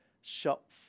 shop